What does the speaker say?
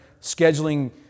scheduling